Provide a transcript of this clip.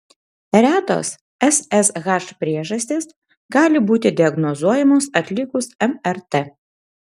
retos ssh priežastys gali būti diagnozuojamos atlikus mrt